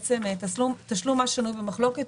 אפשר לקבל תשובה לשאלה הזאת?